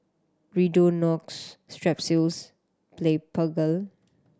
Redonox Strepsils Blephagel